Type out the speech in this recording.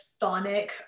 thonic